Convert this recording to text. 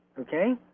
okay